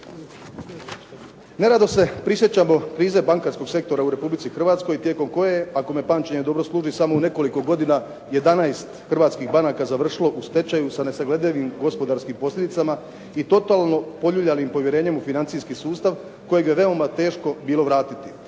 Nerado se prisjećamo krize bankarskog sektora u Republici Hrvatskoj tijekom koje je ako me pamćenje dobro služi samo u nekoliko godina 11 hrvatskih banaka završilo u stečaju sa nesagledivim gospodarskim posljedicama i totalno poljuljanim povjerenjem u financijski sustav kojeg je veoma teško bilo vratiti.